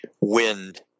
Wind